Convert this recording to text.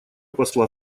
посла